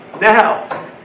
Now